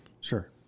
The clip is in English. Sure